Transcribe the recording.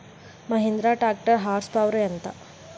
Mahindra tractor horse power ఎంత?